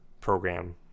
program